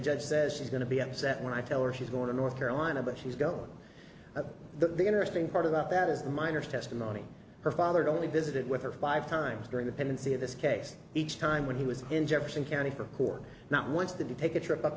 judge says she's going to be upset when i tell her she's going to north carolina but she's gone but the interesting part about that is the minors testimony her father only visited with her five times during the pendency of this case each time when he was in jefferson county for court not once did he take a trip up